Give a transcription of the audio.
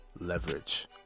leverage